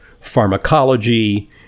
pharmacology